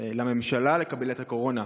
לממשלה, לקבינט הקורונה: